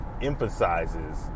emphasizes